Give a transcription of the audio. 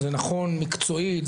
זה נכון מקצועית,